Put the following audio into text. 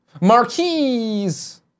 Marquise